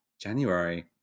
January